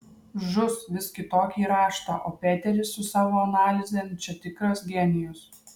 žus vis kitokį raštą o peteris su savo analizėm čia tikras genijus